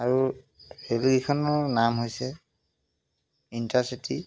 আৰু হেৰিখনৰ নাম হৈছে ইণ্টাৰ চিটি